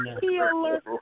healer